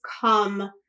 come